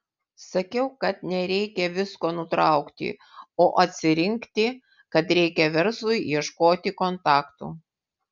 sakiau kad nereikia visko nutraukti o atsirinkti kad reikia verslui ieškoti kontaktų